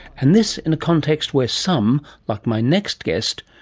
and this in a context where some, like my next guest,